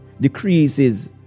decreases